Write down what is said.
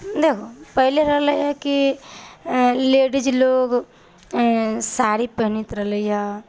देखू पहिले रहलैहँ कि अऽ लेडिज लोग अऽ साड़ी पहिनित रहलैहँ